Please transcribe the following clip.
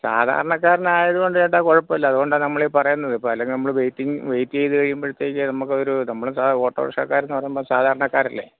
സാധാരണക്കാരൻ ആയതുകൊണ്ട് എട്ടാ കുഴപ്പം ഇല്ല അതുകൊണ്ടാ നമ്മൾ പറയുന്നത് ഇപ്പം അല്ലെങ്കിൽ നമ്മൾ വെയ്റ്റിങ് വെയിറ്റ് ചെയ്ത് കഴിയുമ്പോഴത്തേക്ക് നമുക്കൊരു നമ്മൾ സാ ഓട്ടോർഷക്കാർ എന്ന് പറയുമ്പോൾ സാാരണക്കാരല്ലേ